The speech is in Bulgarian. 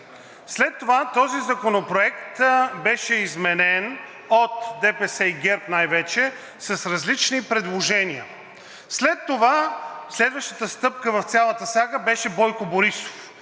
След това този законопроект беше изменен от ДПС, ГЕРБ най-вече, с различни предложения. След това следващата стъпка в цялата сага беше Бойко Борисов,